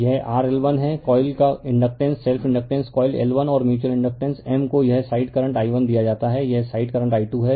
यह rL1 है coil का inductance self inductance coil L1 और म्यूच्यूअल इंडकटेंस M को यह साइड करंट i1 दिया जाता है यह साइड करंट i 2 है